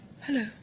hello